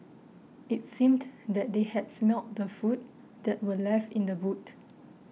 it seemed that they had smelt the food that were left in the boot